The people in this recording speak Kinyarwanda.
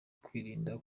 kwirinda